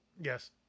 Yes